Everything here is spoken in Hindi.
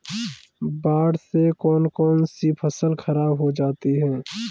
बाढ़ से कौन कौन सी फसल खराब हो जाती है?